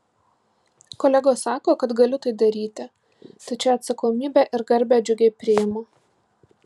kolegos sako kad galiu tai daryti tad šią atsakomybę ir garbę džiugiai priimu